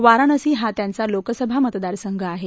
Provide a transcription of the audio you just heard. वाराणसी हा त्यांचा लोकसभा मतदारसंघ आहे